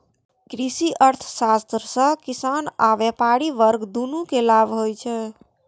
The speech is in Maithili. कृषि अर्थशास्त्र सं किसान आ व्यापारी वर्ग, दुनू कें लाभ होइ छै